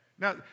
Now